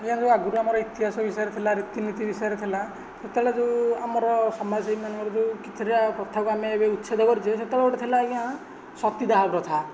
ଆଗରୁ ଆମର ଇତିହାସ ବିଷୟରେ ଥିଲା ରୀତିନୀତି ବିଷୟରେ ଥିଲା ସେତେବେଳେ ଯେଉଁ ଆମର ସମାଜସେବୀ ମାନେ ଯେଉଁ କିଛିଟା କଥାକୁ ଆମେ ଏବେ ଉଚ୍ଛେଦ କରୁଛେ ସେତେବେଳେ ଗୋଟିଏ ଥିଲା ଆଜ୍ଞା ସତୀଦାହ ପ୍ରଥା